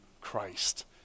christ